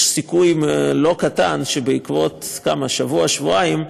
יש סיכוי לא קטן שבעוד שבוע שבועיים,